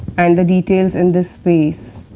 and the details in this space